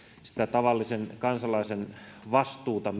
tavallisen kansalaisen vastuuta